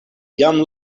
jam